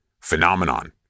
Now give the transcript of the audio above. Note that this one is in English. phenomenon